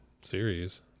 series